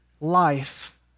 life